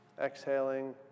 exhaling